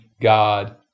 God